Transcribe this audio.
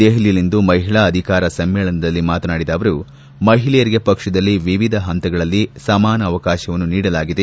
ದೆಹಲಿಯಲ್ಲಿಂದು ಮಹಿಳಾ ಅಧಿಕಾರ ಸಮ್ನೇಳನದಲ್ಲಿ ಮಾತನಾಡಿದ ಅವರು ಮಹಿಳೆಯರಿಗೆ ಪಕ್ಷದಲ್ಲಿ ವಿವಿಧ ಹಂತದಲ್ಲಿ ಸಮಾನ ಅವಕಾಶವನ್ನು ನೀಡಲಾಗಿದೆ